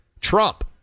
Trump